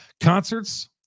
concerts